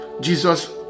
Jesus